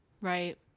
Right